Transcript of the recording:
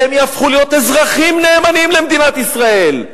והם יהפכו להיות אזרחים נאמנים למדינת ישראל.